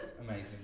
Amazing